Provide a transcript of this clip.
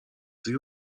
زیر